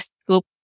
Scoop